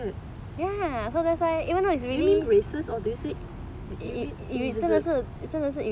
so weird ya do you mean braces or do you say